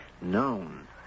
known